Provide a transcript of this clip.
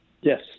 Yes